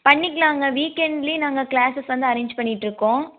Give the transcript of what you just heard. பண்ணிக்கலாங்க வீக் எண்ட்லேயும் நாங்கள் க்ளாஸஸ் வந்து அரேஞ்ச் பண்ணிகிட்ருக்கோம்